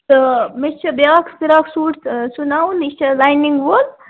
تہٕ مےٚ چھُ بیاکھ فِراق سوٗٹ سُوناوُن یہِ چھُ لاینِنٛگ وول